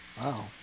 Wow